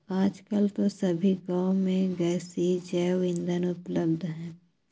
आजकल तो सभी गांव में गैसीय जैव ईंधन उपलब्ध है